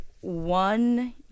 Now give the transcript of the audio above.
one